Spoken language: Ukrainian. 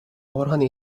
органи